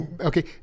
okay